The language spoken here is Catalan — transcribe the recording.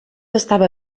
estava